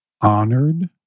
honored